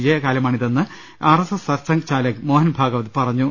വിജയകാലമാണിതെന്ന് ആർഎസ്എസ് സർസംഘചാലക് മോഹൻ ഭാഗവത് പറഞ്ഞു